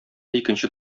икенче